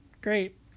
Great